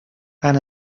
han